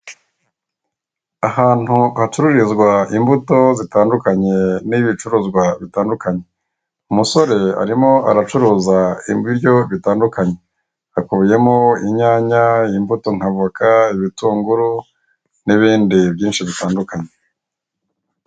Ahantu hacururizwa imbuto zitandukanye n'ibindi bicuruzwa bitandukanye, umusore arimo aracuruza ibiryo bitandukanye hakubiyemo inyanya, imbuto nka voka, ibitunguru n'ibindi byinshi bitandukanye.